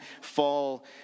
fall